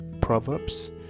proverbs